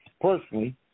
personally